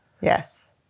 Yes